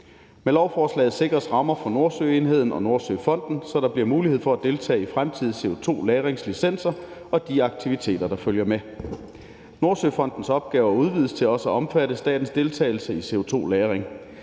Med lovforslaget sikres rammer for Nordsøenheden og Nordsøfonden, så der bliver mulighed for at deltage i fremtidige CO2-lagringslicenser og de aktiviteter, der følger med. Nordsøfondens opgave udvides til også at omfatte statens deltagelse i CO2-lagring.